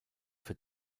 für